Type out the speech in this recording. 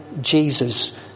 Jesus